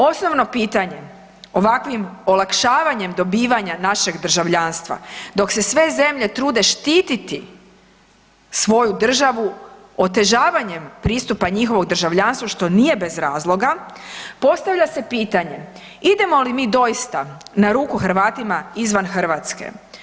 Osnovno pitanje ovakvim olakšavanjem dobivanja našeg državljanstva dok se sve zemlje trude štititi svoju državu otežavanjem pristupa njihovom državljanstvu, što nije bez razloga, postavlja se pitanje, idemo li mi doista na ruku Hrvatima izvan Hrvatske?